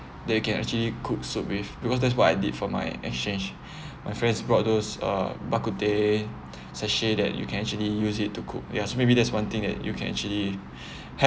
they can actually cook soup with because that's what I did for my exchange my friends brought those uh bak kut teh sachet that you can actually use it to cook yeah so maybe that's one thing that you can actually